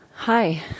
Hi